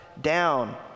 down